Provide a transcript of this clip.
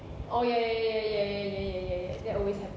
oh ya ya ya ya ya ya ya ya ya that always happen